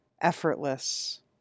effortless